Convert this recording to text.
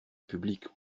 publique